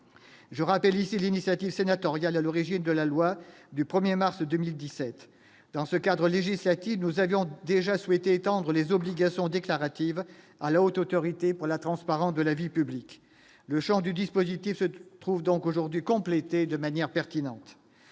je rappelle ici l'initiative sénatoriale à l'origine de la loi du 1er mars 2017 dans ce cadre législatif, nous avions déjà souhaité étendre les obligations déclaratives à la Haute autorité pour la transparence de la vie publique le Champ du dispositif se trouve donc aujourd'hui complétée de manière pertinente